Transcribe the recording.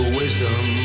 wisdom